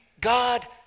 God